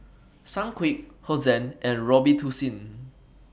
Sunquick Hosen and Robitussin